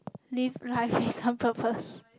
live life with some purpose